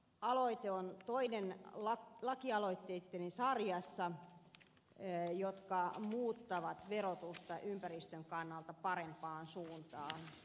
aloite on toinen lakialoitteitteni sarjassa jotka muuttavat verotusta ympäristön kannalta parempaan suuntaan